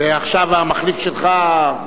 ועכשיו המחליף שלך,